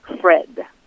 Fred